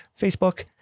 Facebook